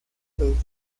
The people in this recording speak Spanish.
los